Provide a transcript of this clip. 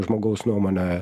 žmogaus nuomone